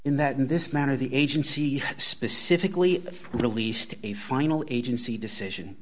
in that in this manner the agency specifically released a final agency decision